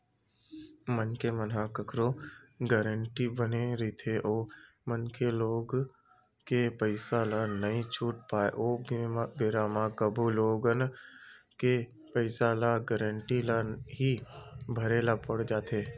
मनखे मन ह कखरो गारेंटर बने रहिथे ओ मनखे लोन के पइसा ल नइ छूट पाय ओ बेरा म कभू लोन के पइसा ल गारेंटर ल ही भरे ल पड़ जाथे